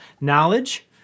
knowledge